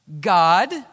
God